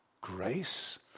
Grace